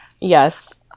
Yes